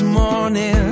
morning